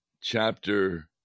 chapter